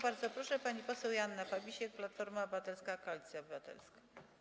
Bardzo proszę, pani poseł Joanna Fabisiak, Platforma Obywatelska - Koalicja Obywatelska.